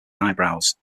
eyebrows